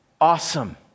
Awesome